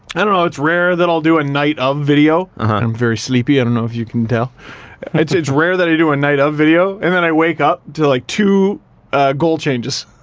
i don't know. it's rare that i'll do a night-of video i'm very sleepy, i don't know if you can tell it's it's rare that i do a night-of video and then i wake up to like two goal changes.